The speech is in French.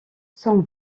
s’en